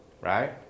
right